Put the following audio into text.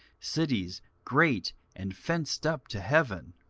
cities great and fenced up to heaven,